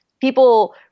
people